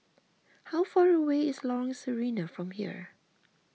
how far away is Lorong Sarina from here